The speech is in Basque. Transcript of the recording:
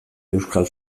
euskal